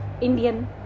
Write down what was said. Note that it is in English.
Indian